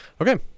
Okay